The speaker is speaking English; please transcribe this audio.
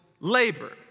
labor